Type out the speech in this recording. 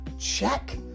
check